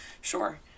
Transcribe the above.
sure